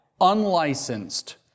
unlicensed